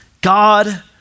God